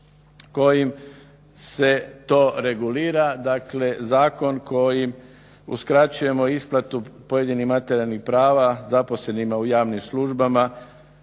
kojim se to regulira, dakle zakon kojim uskraćujemo isplatu pojedinih materijalnih prava zaposlenima u javnim službama